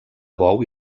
bou